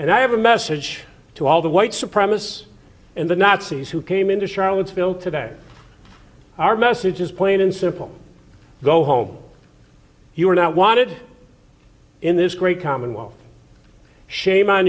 and i have a message to all the white supremacists and the nazis who came into charlottesville today our message is plain and simple go home you are not wanted in this great commonwealth shame on